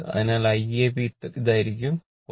അതിനാൽ Iab ഇതായിരിക്കും 4